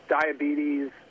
diabetes